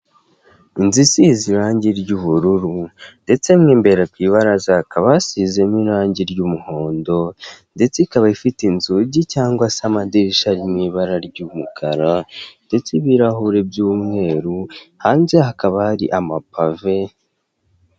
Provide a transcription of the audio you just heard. Inzuzi isize irangi ry'ubururu ndetse mu imbere ku ibaraza hakaba hasizemo irangi ry'umuhondo ndetse ikaba ifite inzugi cyangwa se amadirisha ari mu ibara ry'umukara ndetse ibirahuri by'umweru hanze hakaba hari amapave.